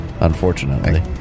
Unfortunately